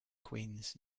queens